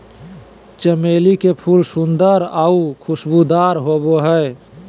चमेली के फूल सुंदर आऊ खुशबूदार होबो हइ